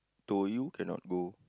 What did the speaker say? told you cannot go